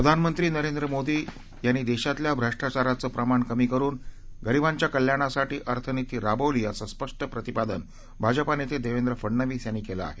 प्रधानमंत्री नरेंद्र मोदी यांनी देशातल्या भ्रष्टाचाराचं प्रमाण कमी करुन गरीबांच्या कल्याणासाठी अर्थनिती राबवली असं स्पष्ट प्रतिपादन भाजपानेते देवेंद्र फडनवीस यांनी केलं आहे